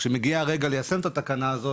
כשמגיע הרגע ליישם את התקנה הזו,